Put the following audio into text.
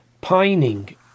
pining